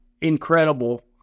incredible